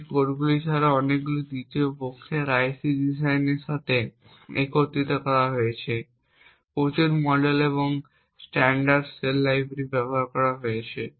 এই কোডগুলি ছাড়াও অনেকগুলি তৃতীয় পক্ষের আইপি ডিজাইনের সাথে একত্রিত করা হয়েছে প্রচুর মডেল এবং স্ট্যান্ডার্ড সেল লাইব্রেরি ব্যবহার করা হয়েছে